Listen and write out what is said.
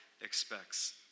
expects